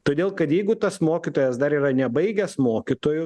todėl kad jeigu tas mokytojas dar yra nebaigęs mokytojų